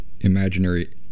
imaginary